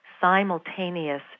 simultaneous